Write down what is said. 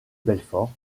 belfort